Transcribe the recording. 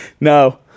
No